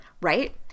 Right